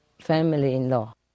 family-in-law